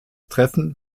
treffen